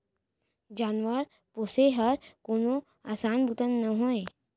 जानवर पोसे हर कोनो असान बूता नोहे